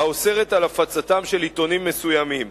האוסרת הפצתם של עיתונים מסוימים.